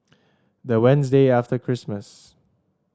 the Wednesday after Christmas